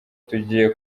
tugiye